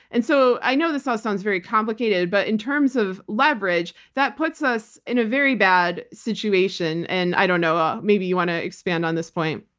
and so i know this all sounds very complicated, but in terms of leverage, that puts us in a very bad situation. and i don't know. ah maybe you want to expand on this point.